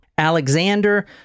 Alexander